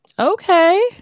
Okay